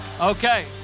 Okay